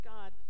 God